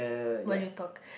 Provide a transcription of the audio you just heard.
while you talk